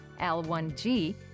L1G